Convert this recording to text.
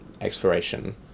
exploration